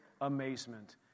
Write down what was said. amazement